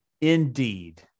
Indeed